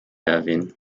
erwähnen